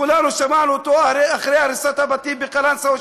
הרי כולנו שמענו אותו אחרי הריסת הבתים בקלנסואה,